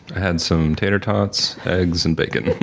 had some tater tots, eggs, and bacon.